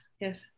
yes